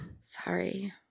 Sorry